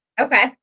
Okay